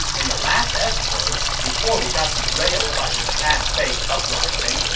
in the last episode, before we got derailed by this half-baked uprising,